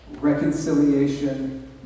reconciliation